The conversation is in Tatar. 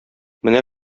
менә